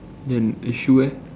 then the shoe leh